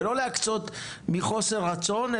ולא להקצות מחוסר רצון,